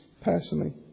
personally